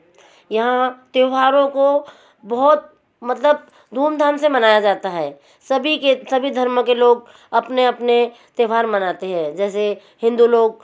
यहाँ त्योहारों को बहुत मतलब धूम धाम से मनाया जाता है सभी के सभी धर्मों के लोग अपने अपने त्योहार मानते है जैसे हिन्दू लोग